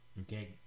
Okay